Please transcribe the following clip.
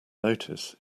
notice